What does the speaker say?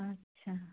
আচ্ছা